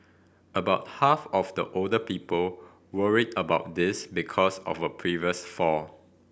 about half of the older people worry about this because of a previous fall